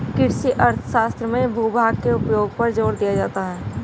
कृषि अर्थशास्त्र में भूभाग के उपयोग पर जोर दिया जाता है